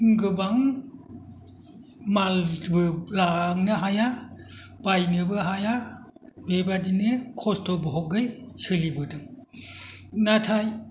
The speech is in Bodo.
गोबां मालबो लांनो हाया बायनोबो हाया बेबादिनो खस्त' भगै सोलिबोदों नाथाय